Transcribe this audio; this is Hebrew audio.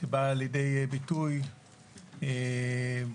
שבא לידי ביטוי בהתנכלויות